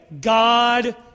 God